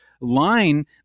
line